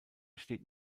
steht